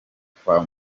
kwa